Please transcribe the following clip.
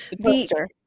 poster